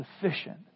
sufficient